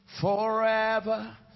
forever